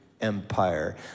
empire